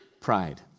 pride